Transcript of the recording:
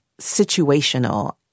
situational